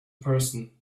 person